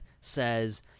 says